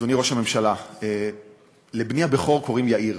אדוני ראש הממשלה, לבני הבכור קוראים יאיר,